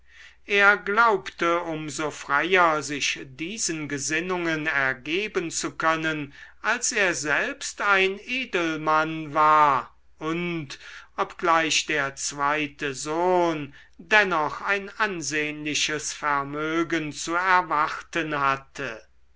er glaubte um so freier sich diesen gesinnungen ergeben zu können als er selbst ein edelmann war und obgleich der zweite sohn dennoch ein ansehnliches vermögen zu erwarten hatte